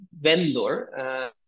vendor